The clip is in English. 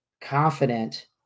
confident